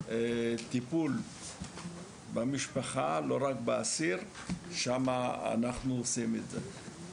טיפול במשפחה, לא רק באסיר, שם אנחנו עושים את זה.